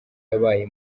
yabaye